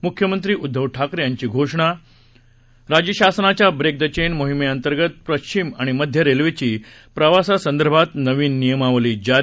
मुख्यमंत्री उद्धव ठाकरे यांची घोषणा राज्यशासनाच्या ब्रेक द चेन मोहिमेअंतर्गत पश्चिम आणि मध्य रेल्वेची प्रवासासंदर्भात नवीन नियमावली जारी